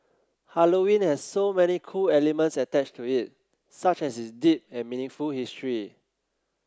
Halloween has so many cool elements attached to it such as its deep and meaningful history